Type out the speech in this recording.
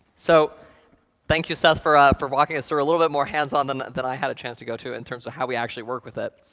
so thank you, seth, for ah for walking us through a little bit more hands-on than than i had a chance to go to in terms of how we actually work with it.